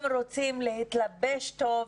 הם רוצים להתלבש טוב,